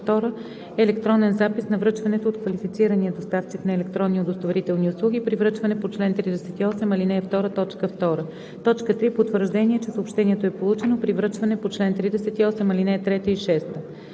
електронен запис на връчването от квалифицирания доставчик на електронни удостоверителни услуги – при връчване по чл. 38, ал. 2, т. 2; 3. потвърждение, че съобщението е получено – при връчване по чл. 38, ал. 3